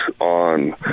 on